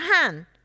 hand